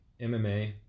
MMA –